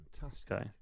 fantastic